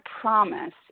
promise